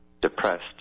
depressed